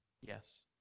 Yes